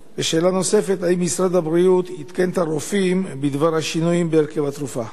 2. האם משרד הבריאות עדכן את הרופאים בדבר השינויים בהרכב התרופה?